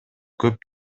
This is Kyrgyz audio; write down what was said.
көп